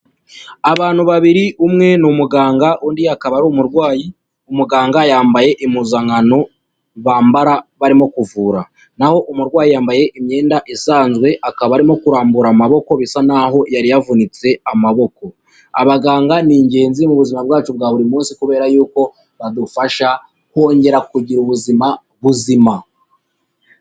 Abantu babiri umwe ni umuganga, undi akaba ari umurwayi, umuganga yambaye impuzankano bambara barimo kuvura, naho umurwayi yambaye imyenda isanzwe akaba arimo kurambura amaboko bisa naho yari yavunitse amaboko, abaganga ni ingenzi mu buzima bwacu bwa buri munsi kubera yuko badufasha kongera kugira ubuzima buzima.